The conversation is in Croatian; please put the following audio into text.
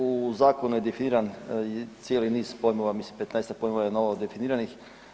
U zakonu je definiram cijeli niz pojmova, mislim 15-tak pojmova je novodefiniranih.